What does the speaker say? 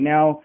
Now